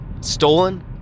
stolen